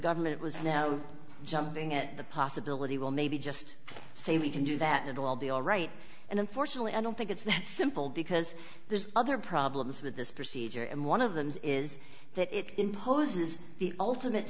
government was now jumping at the possibility well maybe just say we can do that and all be all right and unfortunately i don't think it's that simple because there's other problems with this procedure and one of them's is that it imposes the ultimate